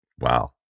Wow